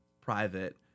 private